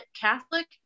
Catholic